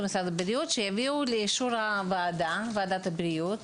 שיביאו לאישור ועדת הבריאות